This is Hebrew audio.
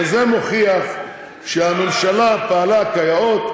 וזה מוכיח שהממשלה פעלה כיאות,